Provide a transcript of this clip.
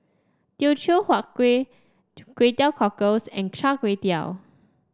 Teochew Huat Kuih Kway Teow Cockles and Char Kway Teow